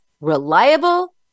reliable